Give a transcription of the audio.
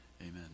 Amen